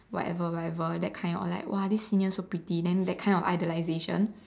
whatever whatever that kind or like !wah! this senior so pretty than that kind of idolization